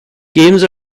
games